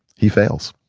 he fails.